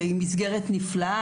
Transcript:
שהיא מסגרת נפלאה,